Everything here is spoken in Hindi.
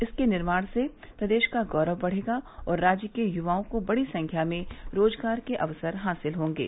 इसके निर्माण से प्रदेश का गौरव बढ़ेगा और राज्य के युवाओं को बड़ी संख्या में रोजगार के अवसर हासिल होंगे